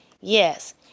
Yes